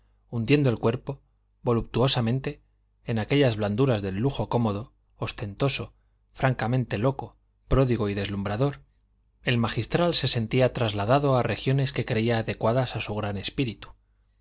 hundiendo el cuerpo voluptuosamente en aquellas blanduras del lujo cómodo ostentoso francamente loco pródigo y deslumbrador el magistral se sentía trasladado a regiones que creía adecuadas a su gran espíritu